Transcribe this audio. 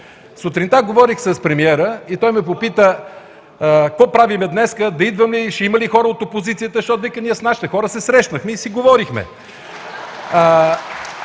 Сутринта говорих с премиера и той ме попита: „Какво правим днес – да идваме, ще има ли хора от опозицията, защото ние с нашите хора се срещнахме и си говорихме?”.